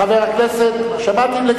חבר הכנסת טלב אלסאנע,